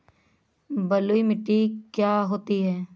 बलुइ मिट्टी क्या होती हैं?